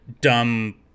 dumb